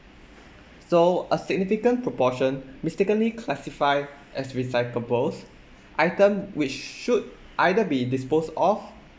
so a significant proportion mistakenly classify as recyclables item which should either be disposed of